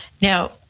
Now